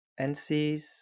NCs